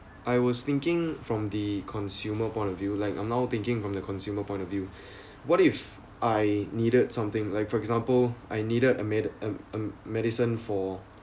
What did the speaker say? I was thinking from the consumer point of view like I'm now thinking from the consumer point of view what if I needed something like for example I needed a med~ um a a medicine for